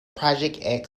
project